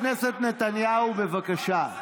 חבר הכנסת נתניהו, בבקשה.